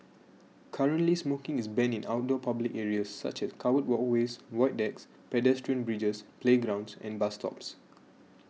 currently smoking is banned in outdoor public areas such as covered walkways void decks pedestrian bridges playgrounds and bus stops